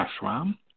ashram